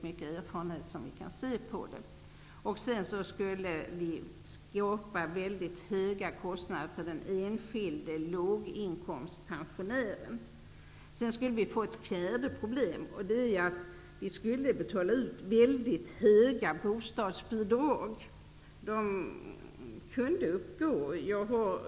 Många erfarenheter talar för detta. Förslaget skulle också skapa höga kostnader för den enskilde låginkomstpensionären. Ett fjärde problem är att vi skulle få betala ut mycket höga bostadsbidrag.